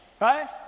right